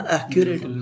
accurate